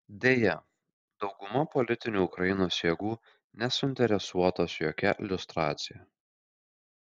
deja dauguma politinių ukrainos jėgų nesuinteresuotos jokia liustracija